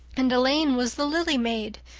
and elaine was the lily maid.